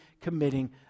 committing